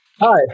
Hi